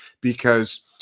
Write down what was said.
because-